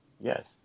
yes